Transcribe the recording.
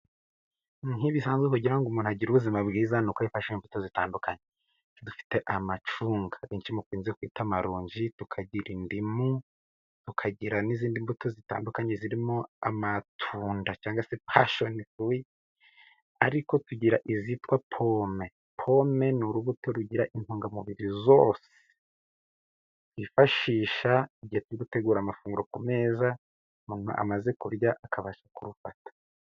Nkibisanzwe kugira ngo umuntu agire ubuzima bwiza ni uko afata imbuto zitandukanye. Dufite amacunga mukunze kwita marongi, tukagira indimu, tukagira n'izindi mbuto zitandukanye, zirimo: amatunda cyangwa se pashoni, ariko tugira izitwa pome. Pome ni urubuto rugira intungamubiri zose, yifashisha ingeti gutegura amafunguro ku meza umuntu amaze kurya akabasha kurufata.